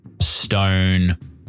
stone